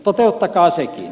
toteuttakaa sekin